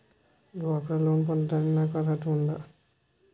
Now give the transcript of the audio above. డ్వాక్రా లోన్ పొందటానికి నాకు అర్హత ఉందా?